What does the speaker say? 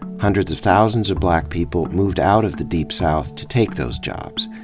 hundreds of thousands of black people moved out of the deep south to take those jobs.